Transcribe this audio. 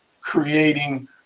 creating